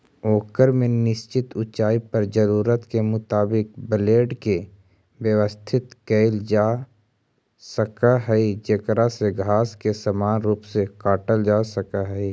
ओकर में निश्चित ऊँचाई पर जरूरत के मुताबिक ब्लेड के व्यवस्थित कईल जासक हई जेकरा से घास के समान रूप से काटल जा सक हई